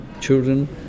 children